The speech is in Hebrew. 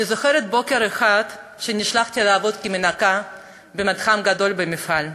אני זוכרת בוקר אחד שנשלחתי לעבוד כמנקה במתחם גדול במפעל.